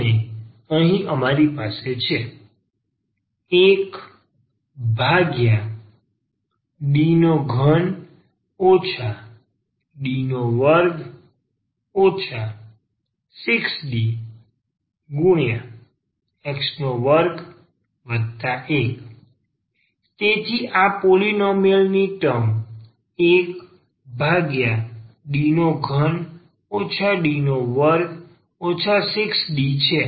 તેથી અહીં અમારી પાસે છે 1D3 D2 6Dx21 તેથી આ પોલીનોમિયલ ની ટર્મ 1D3 D2 6D છે